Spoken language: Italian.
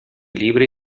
libri